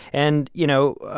and, you know,